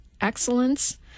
excellence